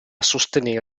sostenere